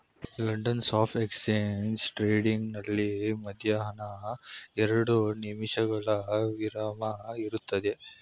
London stock exchange trading ನಲ್ಲಿ ಮಧ್ಯಾಹ್ನ ಎರಡು ನಿಮಿಷಗಳ ವಿರಾಮ ಇರುತ್ತದೆ